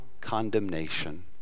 condemnation